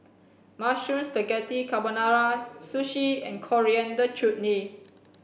Mushroom Spaghetti Carbonara Sushi and Coriander Chutney